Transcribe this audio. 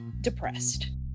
depressed